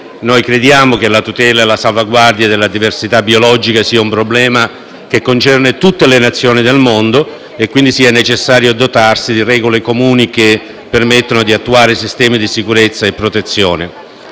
che quello della tutela e della salvaguardia della diversità biologica sia un problema che concerne tutte le Nazioni del mondo, quindi è necessario dotarsi di regole comuni che permettano di attuare sistemi di sicurezza e protezione.